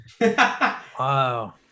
Wow